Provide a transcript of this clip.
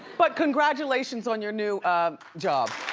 but congratulations on your new job.